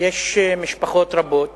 יש משפחות רבות